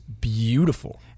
beautiful